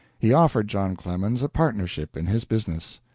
he offered john clemens a partnership in his business.